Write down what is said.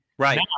Right